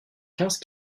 quinze